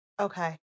Okay